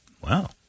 Wow